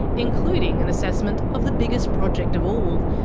including an assessment of the biggest project of all,